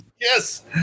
Yes